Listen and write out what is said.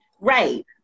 Right